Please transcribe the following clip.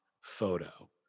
photo